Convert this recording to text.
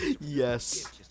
Yes